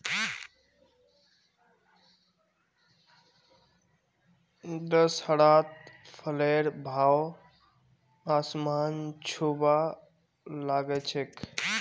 दशहरात फलेर भाव आसमान छूबा ला ग छेक